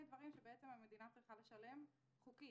דברים שבעצם המדינה צריכה לשלם על פי החוק.